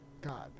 God